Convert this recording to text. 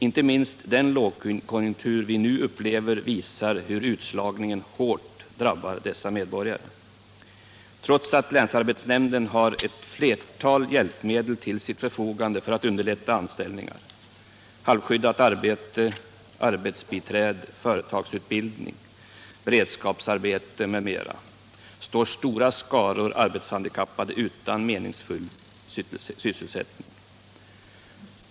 Inte minst den lågkonjunktur vi nu upplever visar hur hårt utslagningen drabbar dessa medborgare. Trots att länsarbetsnämnden har ett flertal möjligheter att underlätta anställning — halvskyddat arbete, arbetsbiträde, företagsutbildning, beredskapsarbete m.m. — står stora skaror arbetshandikappade utan meningsfull sysselsättning.